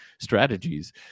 strategies